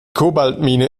kobaltmine